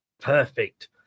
Perfect